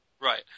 Right